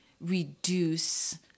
reduce